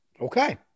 Okay